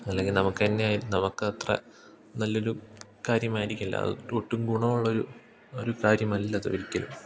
അല്ലെങ്കിൽ നമുക്കു തന്നെ നമുക്കത്ര നല്ലൊരു കാര്യമായിരിക്കില്ല അത് ഒട്ടും ഗുണമുള്ളൊരു ഒരു കാര്യമല്ലത് ഒരിക്കലും